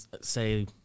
say